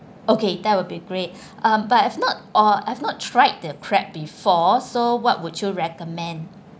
okay that will be great uh but if not or I've not tried the crab before so what would you recommend